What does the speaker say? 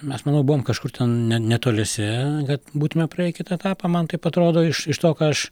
mes manau buvom kažkur ne netoliese kad būtume praėję į kitą etapą man taip atrodo iš iš to ką aš